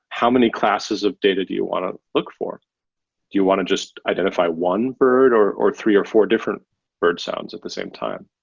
how many classes of data do you want to look for? do you want to just identify one bird or or three or four different bird sounds at the same time?